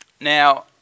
Now